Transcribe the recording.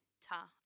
Ta